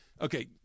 okay